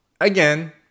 again